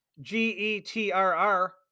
G-E-T-R-R